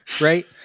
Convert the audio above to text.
Right